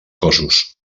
cossos